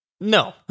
no